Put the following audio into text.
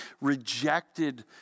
rejected